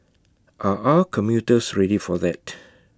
are our commuters ready for that